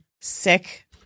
sick